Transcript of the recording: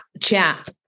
chat